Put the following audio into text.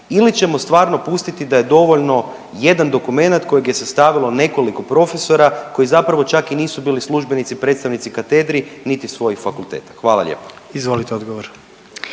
ili ćemo stvarno pustiti da je dovoljno jedan dokumenat kojeg je sastavilo nekoliko profesora koji zapravo čak i nisu bili službenici i predstavnici katedri, niti svojih fakulteta? Hvala lijepo. **Jandroković,